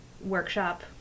workshop